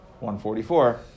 144